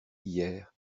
hier